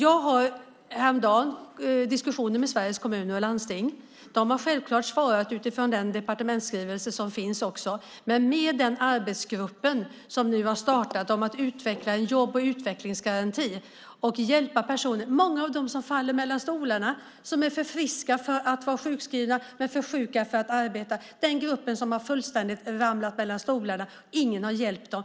Jag har häromdagen haft diskussioner med Sveriges Kommuner och Landsting. De har självklart också svarat utifrån den departementsskrivelse som finns. En arbetsgrupp har nu startats för att utveckla en jobb och utvecklingsgaranti och hjälpa personer, många av dem som faller mellan stolarna. De är för friska för att vara sjukskrivna men för sjuka för att arbeta. Den gruppen har fullständigt fallit mellan stolarna. Ingen har hjälpt dem.